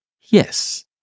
yes